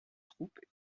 troupes